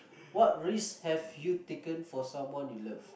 what risks have you taken for someone you love